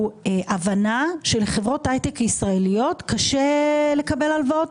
הבנה שלחברות הייטק ישראליות קשה היום לקבל הלוואות,